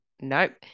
nope